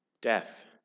Death